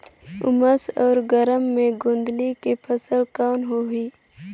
उमस अउ गरम मे गोंदली के फसल कौन होही?